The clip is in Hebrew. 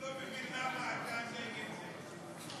אני לא מבין למה אתה נגד זה.